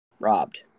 robbed